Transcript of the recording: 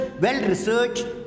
well-researched